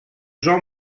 jean